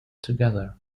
together